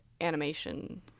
animation